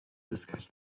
discuss